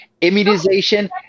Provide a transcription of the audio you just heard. immunization